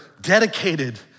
dedicated